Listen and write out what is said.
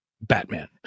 batman